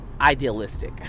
idealistic